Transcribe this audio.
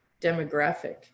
demographic